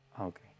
Okay